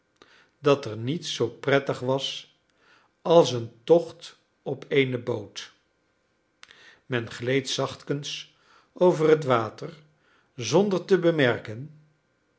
dat er niets zoo prettig was als een tocht op eene boot men gleed zachtkens over het water zonder te bemerken